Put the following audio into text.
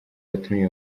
yatumye